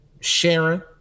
Sharon